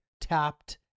tapped